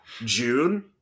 June